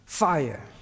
fire